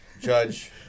Judge